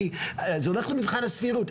כי זה הולך למבחן הסבירות.